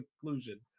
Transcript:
conclusion